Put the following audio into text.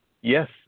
Yes